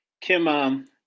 Kim